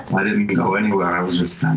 i didn't go anywhere, i was just